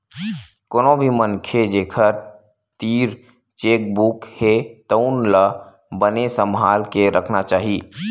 कोनो भी मनखे जेखर तीर चेकबूक हे तउन ला बने सम्हाल के राखना चाही